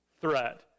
threat